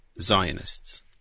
Zionists